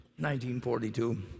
1942